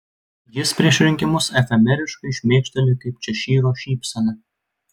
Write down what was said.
jis prieš rinkimus efemeriškai šmėkšteli kaip češyro šypsena